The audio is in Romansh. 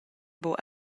buc